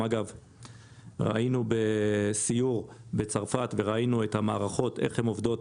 היינו בסיור בצרפת וראינו איך המערכות עובדות